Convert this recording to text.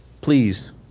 please